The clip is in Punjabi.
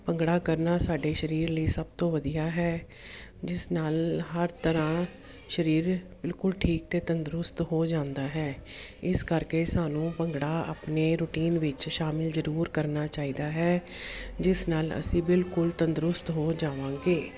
ਭੰਗੜਾ ਕਰਨਾ ਸਾਡੇ ਸਰੀਰ ਲਈ ਸਭ ਤੋਂ ਵਧੀਆ ਹੈ ਜਿਸ ਨਾਲ ਹਰ ਤਰ੍ਹਾਂ ਸਰੀਰ ਬਿਲਕੁਲ ਠੀਕ ਅਤੇ ਤੰਦਰੁਸਤ ਹੋ ਜਾਂਦਾ ਹੈ ਇਸ ਕਰਕੇ ਸਾਨੂੰ ਭੰਗੜਾ ਆਪਣੇ ਰੂਟੀਨ ਵਿੱਚ ਸ਼ਾਮਲ ਜ਼ਰੂਰ ਕਰਨਾ ਚਾਹੀਦਾ ਹੈ ਜਿਸ ਨਾਲ ਅਸੀਂ ਬਿਲਕੁਲ ਤੰਦਰੁਸਤ ਹੋ ਜਾਵਾਂਗੇ